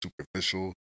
superficial